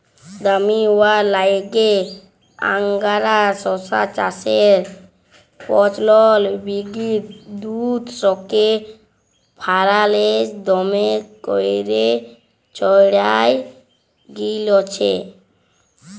দামি হউয়ার ল্যাইগে আংগারা শশা চাষের পচলল বিগত দুদশকে ফারাল্সে দমে ক্যইরে ছইড়ায় গেঁইলছে